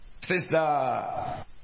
Sister